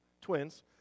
twins